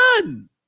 None